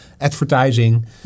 advertising